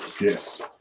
Yes